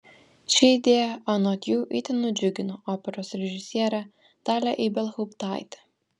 ši idėja anot jų itin nudžiugino operos režisierę dalią ibelhauptaitę